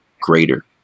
greater